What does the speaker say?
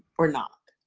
or not?